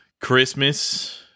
Christmas